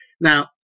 Now